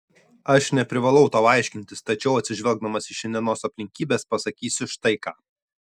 aš neprivalau tau aiškintis tačiau atsižvelgdamas į šiandienos aplinkybes pasakysiu štai ką